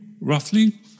roughly